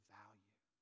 value